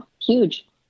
huge